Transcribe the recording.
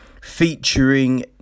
Featuring